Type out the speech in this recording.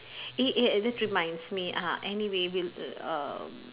eh eh eh that reminds me uh anyway we'll err uh